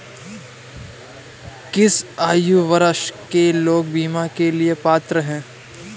किस आयु वर्ग के लोग बीमा के लिए पात्र हैं?